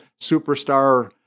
superstar